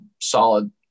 solid